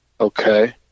okay